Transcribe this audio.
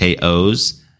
KOs